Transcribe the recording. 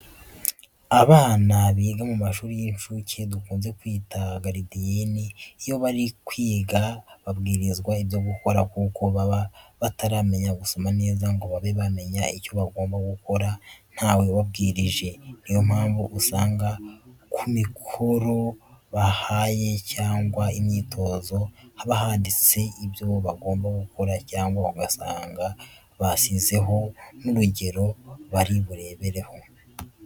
Abana biga mu mashuri y'incuke dukunze kwita garidiyene, iyo bari kwiga babwirizwa ibyo gukora kuko baba bataramenya gusoma neza ngo babe bamenya icyo bagomba gukora ntawe ubabwirije, ni yo mpamvu usanga ku mikoro babahaye cyangwa imyitozo haba handitseho ibyo bagomba gukora cyangwa ugasanga basizeho n'urugero bari burebereho.